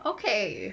okay